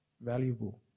valuable